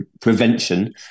prevention